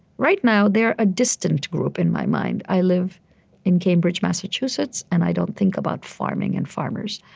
right now, they are a distant group in my mind. i live in cambridge, massachusetts, and i don't think about farming and farmers.